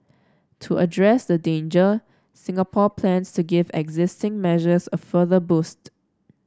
to address the danger Singapore plans to give existing measures a further boost